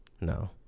No